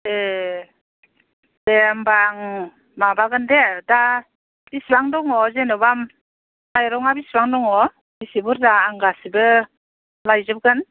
ए दे होमब्ला आं माबागोन दे दा बिसिबां दङ जेन'बा माइरङा बिसिबां दङ बेसे बुरजा आं गासैबो लायजोबगोन